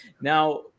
Now